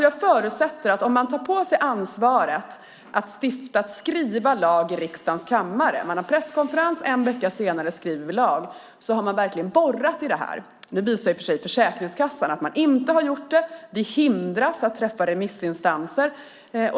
Jag förutsätter att om man tar på sig ansvaret att skriva lag i riksdagens kammare - man håller presskonferens och skriver en vecka senare lag - har man verkligen borrat i det här. Nu visar i och för sig Försäkringskassan att man inte har gjort det. Det hindras från att träffa remissinstanser.